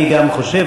אני גם חושב,